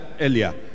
earlier